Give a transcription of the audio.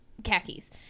khakis